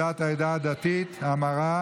התקנת מצלמות לשם הגנה על פעוטות במעונות יום לפעוטות